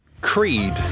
Creed